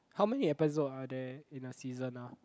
how many episode are there in a season uh